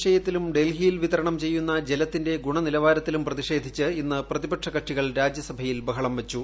വിഷയത്തിലും ഡൽഹിയിലെ വിതരണം ചെയ്യുന്ന ജലത്തിന്റെ ഗുണനിലവാരത്തിലും പ്രതിഷേധിച്ച് ഇന്ന് പ്രതിപക്ഷ കക്ഷികൾ രാജ്യസഭയിൽ ബഹളം വച്ചു